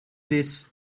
this